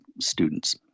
students